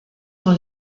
dans